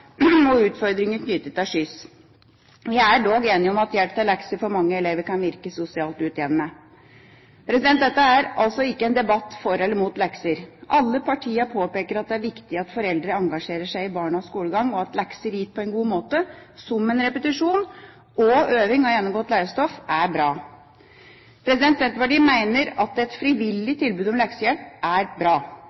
og utfordringer knyttet til skyss. Vi er dog enige om at hjelp til lekser for mange elever kan virke sosialt utjevnende. Dette er altså ikke en debatt for eller mot lekser. Alle partiene påpeker at det er viktig at foreldre engasjerer seg i barnas skolegang, og at lekser gitt på en god måte – som en repetisjon og øving av gjennomgått lærestoff – er bra. Senterpartiet mener at et frivillig tilbud om leksehjelp er bra.